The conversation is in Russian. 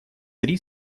три